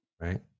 right